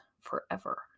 forever